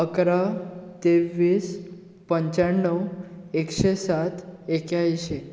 अकरा तेव्वीस पंच्याणव एकशें सात एक्यायंशी